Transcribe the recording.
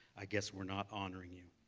i guess we're not honoring you.